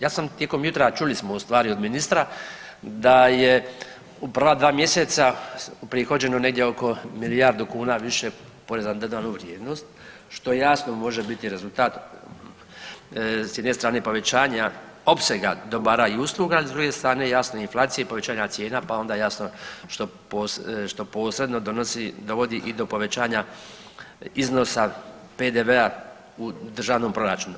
Ja sam tijekom jutra, čuli smo ustvari od ministra da je u prva dva mjeseca uprihođeno negdje oko milijardu kuna više poreza na dodanu vrijednost što jasno može biti rezultat s jedne strane povećanja opsega dobara i usluga, s druge strane jasno inflacije i povećanja cijena pa onda jasno što posredno donosi, dovodi i do povećanja iznosa PDV-a u državnom proračunu.